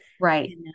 Right